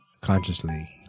consciously